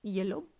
Yellow